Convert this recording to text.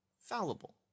fallible